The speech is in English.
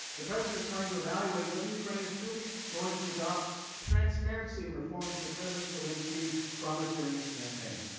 the president is trying to evaluate whether ukraine is truly going to adopt the transparency and reforms that president zelensky promised during his campaign.